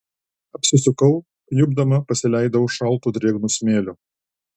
apsisukau kniubdama pasileidau šaltu drėgnu smėliu